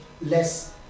less